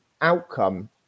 outcome